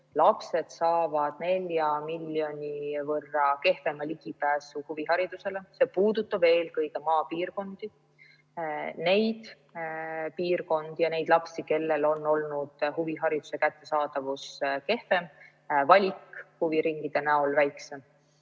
Lapsed saavad 4 miljoni võrra kehvema ligipääsu huviharidusele. See puudutab eelkõige maapiirkondi, neid piirkondi ja neid lapsi, kellel on olnud huvihariduse kättesaadavus kehvem, valik huviringide näol väiksem.